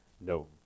No